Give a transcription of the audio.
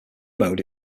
mode